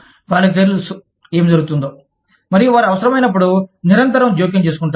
వారికి తెలుసు ఏమి జరుగుతుందో మరియు వారు అవసరమైనప్పుడు నిరంతరం జోక్యం చేసుకుంటారు